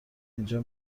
اینجا